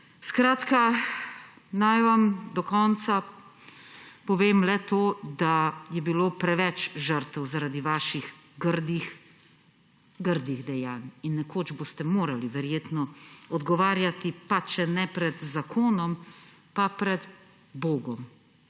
Skratka, naj vam do konca povem le to, da je bilo preveč žrtev zaradi vaših grdih dejanj. Nekoč boste morali, verjetno, odgovarjati, pa če ne pred zakonom, pa pred Bogom,